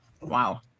Wow